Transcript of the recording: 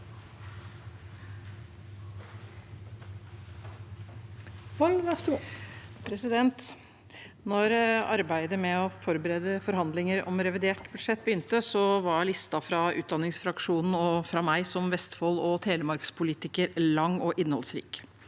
Da arbeidet med å for- berede forhandlinger om revidert statsbudsjett begynte, var listen fra utdanningsfraksjonen – og fra meg, som Vestfold og Telemark-politiker – lang og innholdsrik.